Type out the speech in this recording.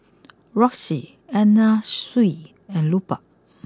Roxy Anna Sui and Lupark